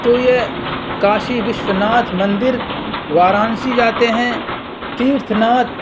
تو یہ کاشی وشناتھ مندر ورانسی جاتے ہیں تیرتھ ناتھ